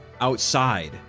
outside